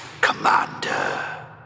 Commander